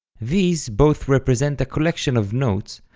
these both represent a collection of notes,